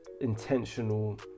intentional